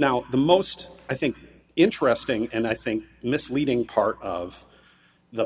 now the most i think interesting and i think misleading part of the